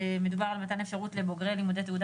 מדובר על מתן אפשרות לבוגרי לימודי תעודה